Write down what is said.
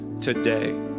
today